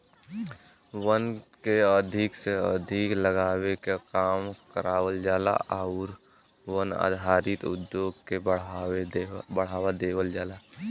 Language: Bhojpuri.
वन के अधिक से अधिक लगावे के काम करावल जाला आउर वन आधारित उद्योग के बढ़ावा देवल जाला